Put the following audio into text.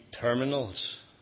terminals